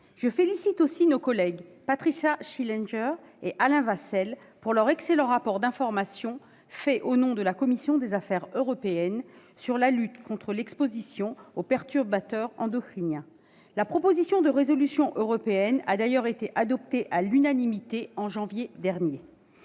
Je félicite également nos collègues Patricia Schillinger et Alain Vasselle pour leur excellent rapport d'information fait au nom de la commission des affaires européennes sur la lutte contre l'exposition aux perturbateurs endocriniens. La proposition de résolution européenne a d'ailleurs été adoptée à l'unanimité en janvier dernier.